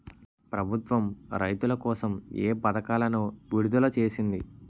ప్రభుత్వం రైతుల కోసం ఏ పథకాలను విడుదల చేసింది?